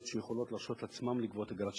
שיכולות להרשות לעצמן לגבות אגרת שמירה,